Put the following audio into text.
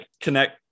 connect